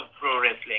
pro-wrestling